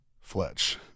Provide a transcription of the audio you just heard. Fletch